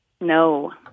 No